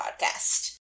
podcast